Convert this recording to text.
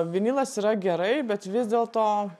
vinilas yra gerai bet vis dėlto